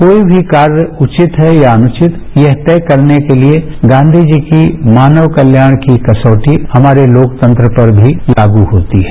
कोई भी कार्य उपित है या अनुवित यह तक करने के लिए गांवी जी की मानव कल्याण की कसौटी हमारे लोकतंत्र पर भी लागू होती है